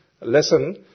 lesson